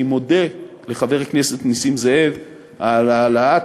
אני מודה לחבר הכנסת נסים זאב על העלאת